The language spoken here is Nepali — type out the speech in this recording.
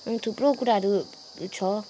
अनि थुप्रो कुराहरू छ